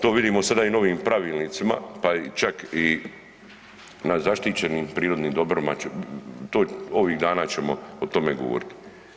To vidimo sada i u novim pravilnicima, pa i čak i na zaštićenim prirodnim dobrima će, to, ovih dana ćemo o tome govoriti.